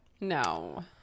No